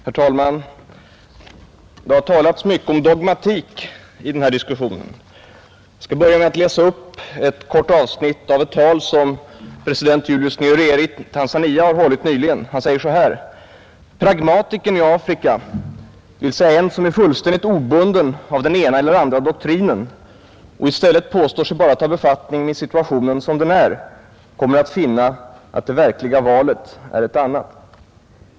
Herr talman! Det har talats mycket om dogmatik i denna diskussion. Jag skall börja med att läsa upp ett kort avsnitt av ett tal som president Julius Nyerere i Tanzania har hållit för några år sedan. Han säger så här: ”Pragmatikern i Afrika, dvs. en som är fullständigt obunden av den ena eller andra doktrinen och i stället påstår sig bara ta befattning med situationen som den är, kommer att finna att det verkliga valet är ett annat.